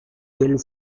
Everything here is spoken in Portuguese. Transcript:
eles